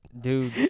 Dude